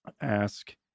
ask